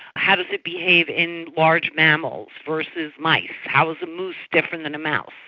how does it behave in large mammals versus mice? how is a moose different than a mouse?